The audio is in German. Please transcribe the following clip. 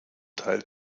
teil